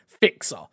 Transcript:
Fixer